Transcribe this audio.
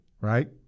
right